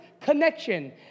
connection